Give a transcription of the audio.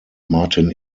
martin